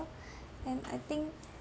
and I think